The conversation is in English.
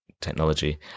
technology